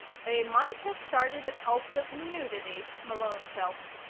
they might have started a cult of nudity, malone felt.